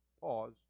pause